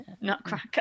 nutcracker